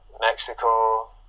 Mexico